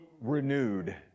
renewed